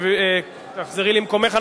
תחזרי למקומך.